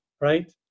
right